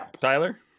Tyler